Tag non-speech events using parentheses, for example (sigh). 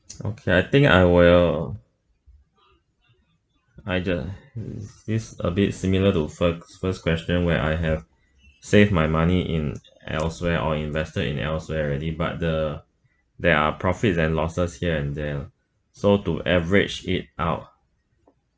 (noise) okay I think I will I uh it's a bit similar to first first question where I have saved my money in elsewhere or invested it in elsewhere already but the there are profits and losses here and there lah so to average it out